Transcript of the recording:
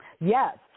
Yes